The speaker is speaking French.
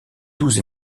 douze